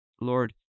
Lord